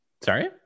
Sorry